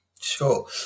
Sure